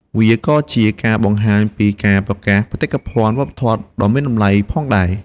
វាក៏ជាការបង្ហាញពីការប្រកាសបេតិកភណ្ឌវប្បធម៌ដ៏មានតម្លៃផងដែរ។